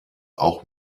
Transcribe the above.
auch